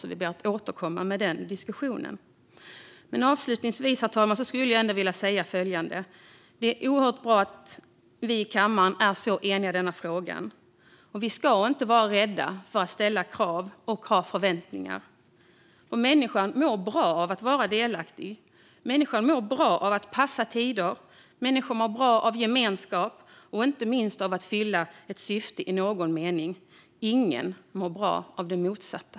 Vi ber därför att få återkomma i den diskussionen. Avslutningsvis, herr talman, vill jag säga att det är oerhört bra att vi här i kammaren är så eniga i den här frågan. Vi ska inte vara rädda för att ställa krav och ha förväntningar. Människan mår bra av att vara delaktig. Människan mår bra av att passa tider. Människan mår bra av gemenskap och inte minst av att fylla ett syfte i någon mening. Ingen mår bra av det motsatta.